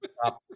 stop